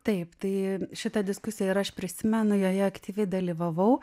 taip tai šitą diskusiją ir aš prisimenu joje aktyviai dalyvavau